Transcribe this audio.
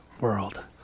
world